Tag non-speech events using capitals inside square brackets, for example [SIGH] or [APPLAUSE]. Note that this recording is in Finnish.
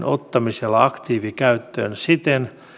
[UNINTELLIGIBLE] ottamisella aktiivikäyttöön siten